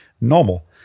normal